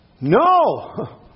No